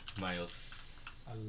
miles